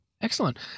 excellent